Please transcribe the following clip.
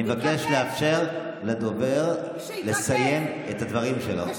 אני מבקש לאפשר לדובר לסיים את הדברים שלו.